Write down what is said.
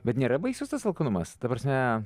bet nėra baisus tas alkanumas ta prasme